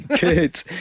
Good